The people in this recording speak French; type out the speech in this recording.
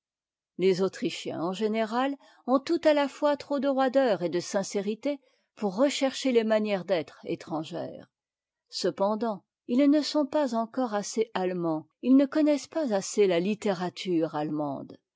les autrichiens en général ont tout à la fois trop de roideur et de sincérité pour rechercher les manières d'être étrangères cependant ils ne sont pas encore assez allemands ils ne connaissent pas assez la littérature allemande